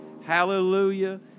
Hallelujah